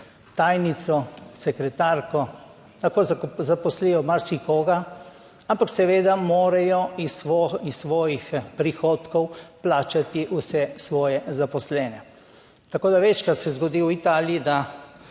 tajnico, sekretarko, lahko zaposlijo marsikoga, ampak seveda morajo iz svojih prihodkov plačati vse svoje zaposlene. Tako da večkrat se zgodi v Italiji,